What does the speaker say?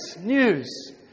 news